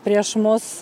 prieš mus